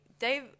Dave